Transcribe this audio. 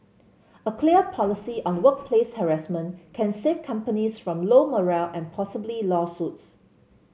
a clear policy on workplace harassment can save companies from low morale and possibly lawsuits